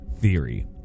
Theory